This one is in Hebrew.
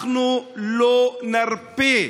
אנחנו לא נרפה.